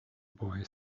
boy